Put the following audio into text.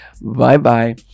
Bye-bye